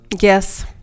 Yes